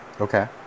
okay